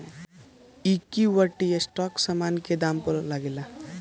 equity stock समान के दाम पअ लागेला